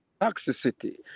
toxicity